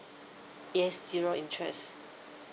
yes zero interest